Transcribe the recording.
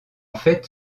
fait